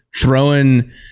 throwing